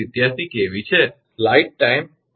87 𝑘𝑉 છે